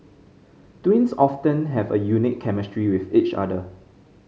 twins often have a unique chemistry with each other